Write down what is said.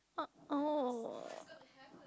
uh oh